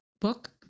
book